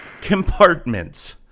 compartments